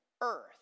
earth